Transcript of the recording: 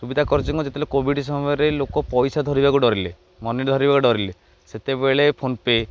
ସୁବିଧା କରିଛି ଯେତେବେଳେ କୋଭିଡ଼ ସମୟରେ ଲୋକ ପଇସା ଧରିବାକୁ ଡରିଲଲେ ମନି ଧରିବାକୁ ଡରିଲେ ସେତେବେଳେ ଫୋନ୍ ପେ'